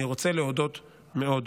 אני רוצה להודות מאוד,